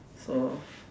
so